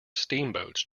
steamboats